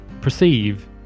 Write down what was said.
perceive